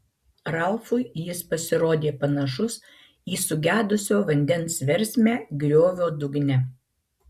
ralfui jis pasirodė panašus į sugedusio vandens versmę griovio dugne